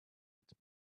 its